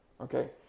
okay